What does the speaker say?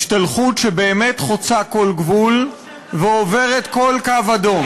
השתלחות שבאמת חוצה כל גבול ועוברת כל קו אדום.